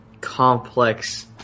complex